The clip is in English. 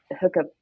hookup